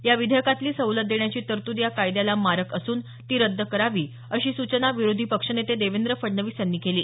या विधेयकातली सवलत देण्याची तरतूद या कायद्याला मारक असून ती रद्द करावी अशी सूचना विरोधी पक्ष नेते देवेंद्र फडणवीस यांनी केली